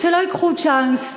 שלא ייקחו צ'אנס,